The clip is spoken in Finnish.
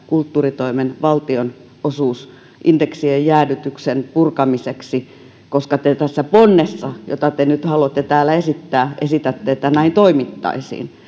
kulttuuritoimen valtionosuusindeksien jäädytyksen purkamiseksi koska te tässä ponnessa jota te nyt haluatte täällä esittää esitätte että näin toimittaisiin